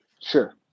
sure